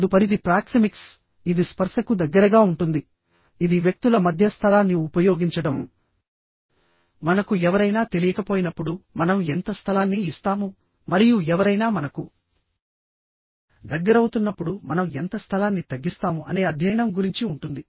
తదుపరిది ప్రాక్సిమిక్స్ఇది స్పర్శకు దగ్గరగా ఉంటుంది ఇది వ్యక్తుల మధ్య స్థలాన్ని ఉపయోగించడంమనకు ఎవరైనా తెలియకపోయినప్పుడు మనం ఎంత స్థలాన్ని ఇస్తాము మరియు ఎవరైనా మనకు దగ్గరవుతున్నప్పుడు మనం ఎంత స్థలాన్ని తగ్గిస్తాము అనే అధ్యయనం గురించి ఉంటుంది